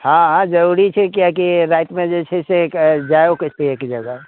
हँ जरूरी छै कियाकि रातिमे जे छै से जाइओके छै एक जगह